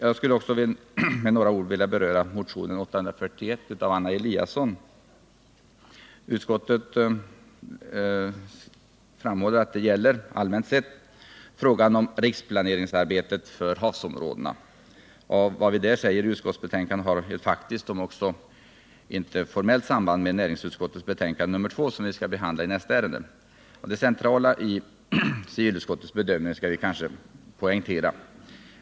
Så skulle jag också vilja med några ord beröra motionen 841 av Anna Eliasson m.fl. Utskottet framhåller att den gäller, allmänt sett, frågan om riksplaneringsarbetet för havsområdena. Vad vi säger i utskottsbetänkandet har ett faktiskt, om också inte formellt, samband med näringsutskottets betänkande nr 2, som vi skall behandla som nästa ärende. Det centrala i civilutskottets bedömning bör kanske poängteras.